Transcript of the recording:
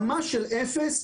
ממש אפס,